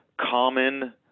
common